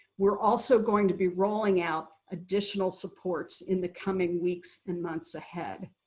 we're also going to be rolling out additional supports in the coming weeks and months ahead.